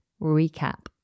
recap